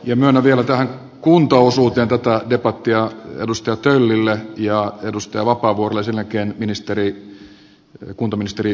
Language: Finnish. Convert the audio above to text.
myönnän vielä tähän debatin kuntaosuuteen vastauspuheenvuorot edustaja töllille ja edustaja vapaavuorelle ja sen jälkeen kuntaministeri virkkuselle ja sitten mennään muihin aiheisiin